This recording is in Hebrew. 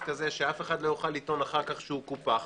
כזה שאף אחד לא יוכל לטעון אחר כך שהוא קופח,